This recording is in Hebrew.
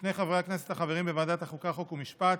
שני חברי כנסת החברים בוועדת החוקה, חוק ומשפט,